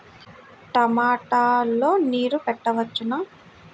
టమాట లో నీరు పెట్టవచ్చునా?